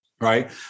right